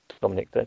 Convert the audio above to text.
Dominic